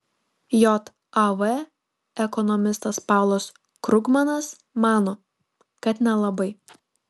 jav ekonomistas paulas krugmanas mano kad nelabai